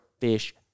fish